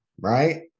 right